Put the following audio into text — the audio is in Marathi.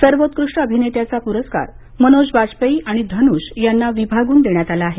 सर्वोत्कृष्ट अभिनेत्याचा प्रस्कार मनोज बाजपेयी आणि धनुष यांना विभागून देण्यात आला आहे